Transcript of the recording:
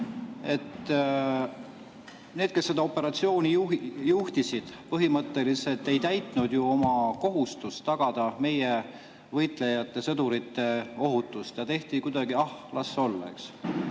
Need, kes seda operatsiooni juhtisid, põhimõtteliselt ei täitnud ju oma kohustust tagada meie võitlejate, sõdurite ohutus ja tehti kuidagi ära: ah, las olla. Mul